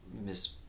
Miss